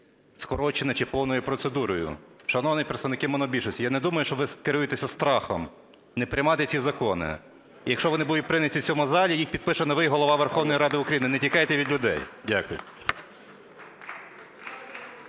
скороченою чи повною процедурою? Шановні представники монобільшості, я не думаю, що ви керуєтесь страхом не приймати ці закони. Якщо вони будуть прийняті в цьому залі, їх підпише новий Голова Верховної Ради України, не тікайте від людей. Дякую.